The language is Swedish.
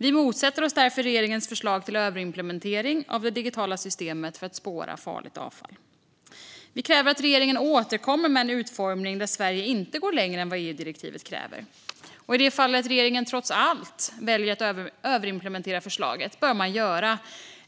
Vi motsätter oss därför regeringens förslag till överimplementering av det digitala systemet för att spåra farligt avfall. Vi kräver att regeringen ska återkomma med en utformning där Sverige inte går längre än vad EU-direktivet kräver. Och i det fall regeringen trots allt väljer att överimplementera förslaget bör regeringen göra